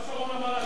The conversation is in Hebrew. ומה שרון אמר עלייך?